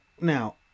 now